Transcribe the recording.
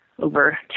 over